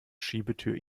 schiebetür